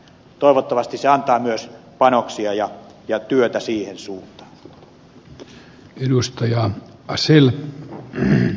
toivottavasti se antaa myös panoksia ja työtä siihen suuntaan